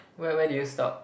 where where do you stop